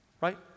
Right